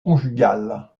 conjugale